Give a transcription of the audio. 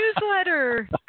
newsletter